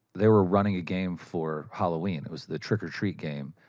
they were running a game for halloween. that was the trick or treat game,